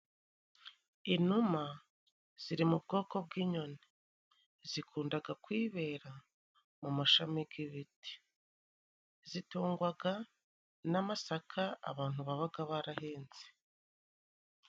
Inuma ziri mu bwoko bw'inyoni. Zikundaga kwiyibera mu mashami g'ibiti. Zitungwaga n'amasaka abantu babaga barahenze.